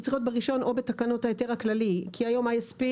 זה צריך להיות ברישיון או בתקנות ההיתר הכללי כי היום ISP